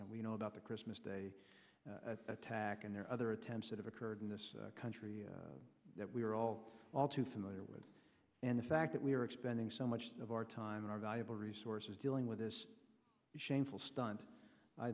and we know about the christmas day attack and there are other attempts that have occurred in this country that we are all all too familiar with and the fact that we are expanding so much of our time and our valuable resources dealing with this shameful stun